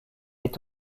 est